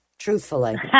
Truthfully